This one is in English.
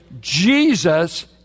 Jesus